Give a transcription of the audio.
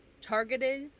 targeted